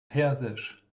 persisch